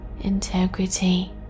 integrity